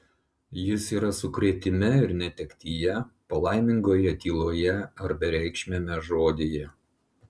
jis yra sukrėtime ir netektyje palaimingoje tyloje ar bereikšmiame žodyje